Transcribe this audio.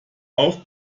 auf